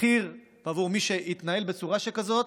מחיר ממי שהתנהל בצורה שכזאת,